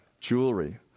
jewelry